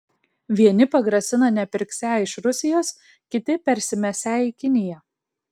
vieni pagrasina nepirksią iš rusijos kiti persimesią į kiniją